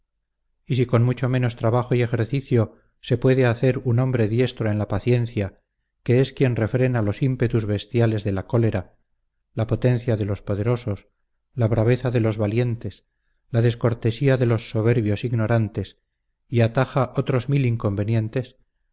y si con mucho menos trabajo y ejercicio se puede hacer un hombre diestro en la paciencia que es quien refrena los ímpetus bestiales de la cólera la potencia de los poderosos la braveza de los valientes la descortesía de los soberbios ignorantes y ataja otros mil inconvenientes